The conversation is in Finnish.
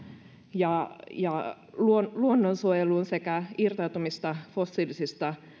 ja ja luonnonsuojeluun sekä irtautumista fossiilisista